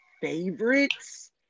favorites